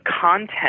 content